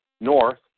north